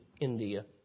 India